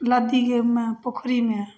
लद्दिए पोखरिमे